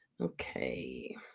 Okay